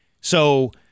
So-